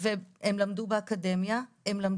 הם למדו באקדמיה,